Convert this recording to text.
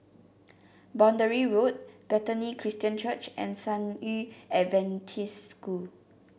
Boundary Road Bethany Christian Church and San Yu Adventist School